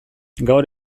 gaur